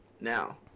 Now